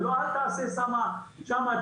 ולא אל תעשה שם תרגיל,